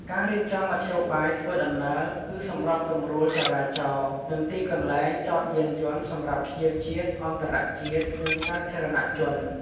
ការរៀបចំមធ្យោបាយធ្វើដំណើរ គឺសម្របសម្រួលចរាចរណ៍ និងទីកន្លែងចតយានយន្តសម្រាប់ភ្ញៀវជាតិ-អន្តរជាតិ និងសាធារណជន។